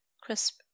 crisp